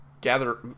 gather